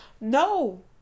No